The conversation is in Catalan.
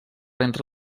entre